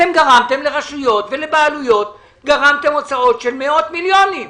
אתם גרמתם לרשויות ולבעלויות הוצאות של מאות מיליוני שקלים,